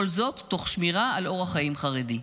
כל זאת תוך שמירה על אורח חיים חרדי.